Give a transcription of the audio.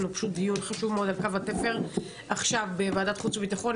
פשוט יש לנו דיון חשוב מאוד על קו התפר בוועדת החוץ והביטחון,